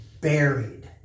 buried